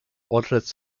otros